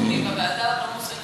הוועדה לא מוסרת נתונים.